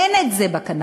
אין את זה בקנאביס.